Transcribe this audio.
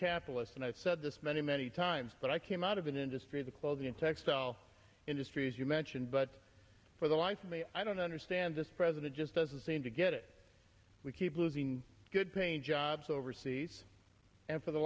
capitalists and i've said this many many times but i came out of an industry the quality in textile industries you mentioned but for the life of me i don't understand this president just doesn't seem to get it we keep losing good paying jobs overseas and for the